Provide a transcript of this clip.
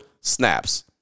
snaps